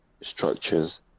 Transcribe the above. structures